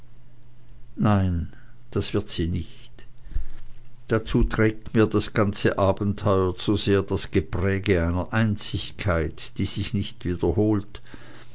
nein das wird sie nicht dazu trägt mir das ganze abenteuer zu sehr das gepräge einer einzigkeit die sich nicht wiederholt